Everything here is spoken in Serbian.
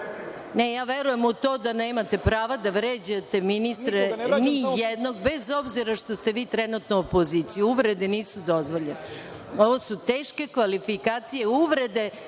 Ne, ja verujem u to da nemate pravo da vređate ministre, ni jednog, bez obzira što ste vi trenutno opozicija. Uvrede nisu dozvoljene. Ovo su teške kvalifikacije, uvrede